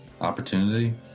Opportunity